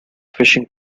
fishing